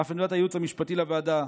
אף עמדת הייעוץ המשפטי לוועדה,